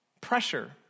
pressure